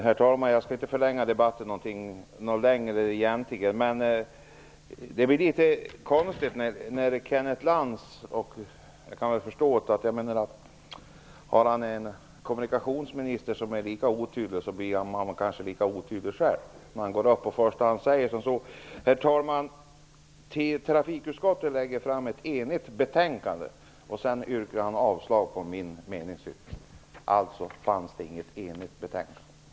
Herr talman! Jag skall inte förlänga debatten särskilt mycket. Jag måste dock få säga att det hela blir litet konstigt. Men när kommunikationsministern är så otydlig blir man kanske lika otydlig själv. Kenneth Lantz säger ju i början av sitt anförande att trafikutskottet har lagt fram ett enhälligt betänkande. Ändå yrkar han avslag på min meningsyttring. Alltså finns det inte något enhälligt betänkande i det här sammanhanget.